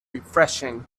refreshing